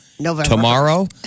tomorrow